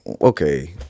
okay